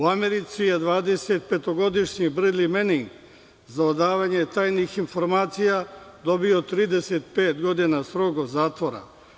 U Americi je 25-ogodišnji Bredli Mening za odavanje tajnih informacija dobio 35 godina strogog zatvora.